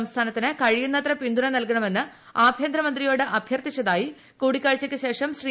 സംസ്ഥാനത്തിന് കഴിയുന്നത്ര പിന്തുണ നൽകണമെന്ന് ആഭ്യന്തമന്ത്രിയോട് അഭ്യർത്ഥിച്ചതായി കൂടിക്കാഴ്ചയ്ക്കു ശേഷം ശ്രീ